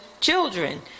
children